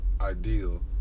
ideal